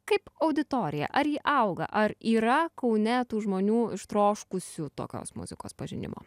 kaip auditorija ar ji auga ar yra kaune tų žmonių ištroškusių tokios muzikos pažinimo